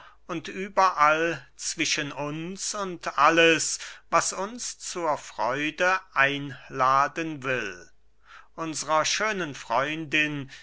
und überall zwischen uns und alles was uns zur freude einladen will unsrer schönen freundin